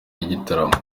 y’igitaramo